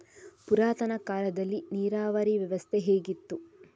ಪುರಾತನ ಕಾಲದಲ್ಲಿ ನೀರಾವರಿ ವ್ಯವಸ್ಥೆ ಹೇಗಿತ್ತು?